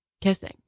kissing